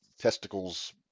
testicles